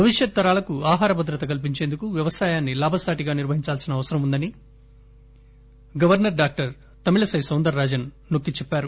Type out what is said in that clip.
భవిష్యత్ తరాలకు ఆహార భద్రత కల్పించేందుకు వ్యవసాయాన్ని లాభసాటిగా నిర్పహించాల్పిన అవసరం వుందని governor doctor Tamilisai Soundararajan నొక్కి చెప్పారు